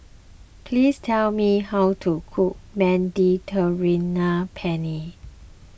please tell me how to cook Mediterranean Penne